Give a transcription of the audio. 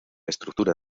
estructura